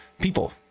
people